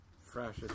fresh